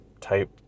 type